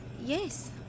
yes